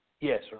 Yes